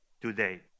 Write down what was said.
today